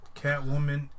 Catwoman